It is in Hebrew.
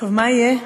טוב, מה יהיה?